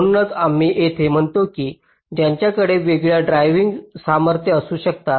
म्हणूनच आम्ही येथे म्हणतो की त्यांच्याकडे वेगळ्या ड्राइव्ह सामर्थ्य असू शकतात